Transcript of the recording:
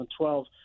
2012